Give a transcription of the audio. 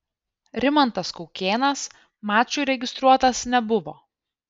rimantas kaukėnas mačui registruotas nebuvo